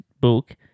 book